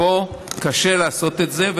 פה קשה לעשות את זה,